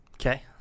Okay